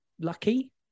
lucky